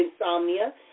insomnia